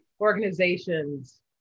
organizations